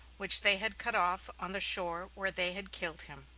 which they had cut off on the shore where they had killed him,